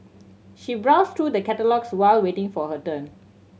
she browsed through the catalogues while waiting for her turn